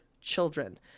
children